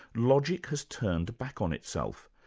logic has turned back on itself,